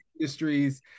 industries